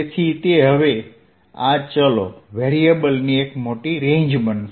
તેથી તે હવે આ ચલો ની રેન્જ બનશે